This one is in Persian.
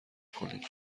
کنین